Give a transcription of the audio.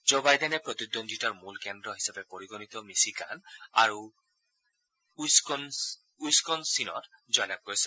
জ বাইডেনে প্ৰতিদ্বন্দ্বিতাৰ মূল কেন্দ্ৰ হিচাপে পৰিগণিত মিছিগান আৰু উইস্বনচিনত জয়লাভ কৰিছে